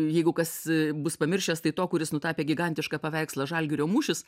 jeigu kas bus pamiršęs tai to kuris nutapė gigantišką paveikslą žalgirio mūšis